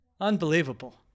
Unbelievable